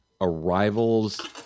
arrivals